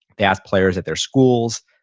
they asked players at their schools.